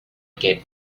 get